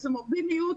וזו מוביליות,